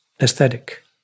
aesthetic